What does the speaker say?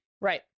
Right